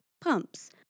pumps